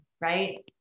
right